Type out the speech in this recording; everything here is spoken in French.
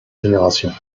générations